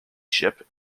ship